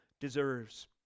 deserves